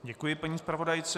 Děkuji paní zpravodajce.